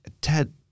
Ted